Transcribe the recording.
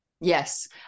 Yes